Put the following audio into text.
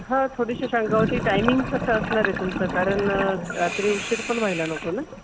हां थोडीशी शंका होती टायमिंग कसं असणार आहे तुमचं कारण रात्री उशीर पण व्हायला नको ना